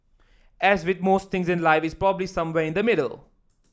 as with most things in life it's probably somewhere in the middle